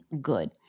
good